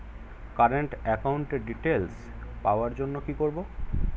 Current একাউন্টের details পাওয়ার জন্য কি করব?